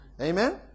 amen